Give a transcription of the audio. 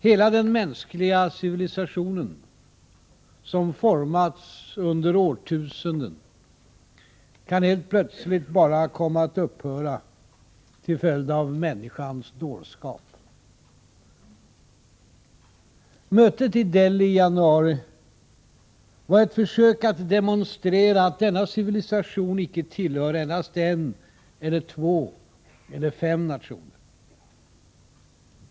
Hela den mänskliga civilisationen, som formats under årtusenden, kan helt plötsligt bara komma att upphöra, till följd av människans dårskap. Mötet i Delhi i januari var ett försök att demonstrera att denna civilisation icke tillhör endast en eller två eller fem nationer.